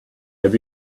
have